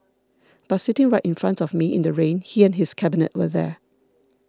but sitting right in front of me in the rain he and his cabinet were there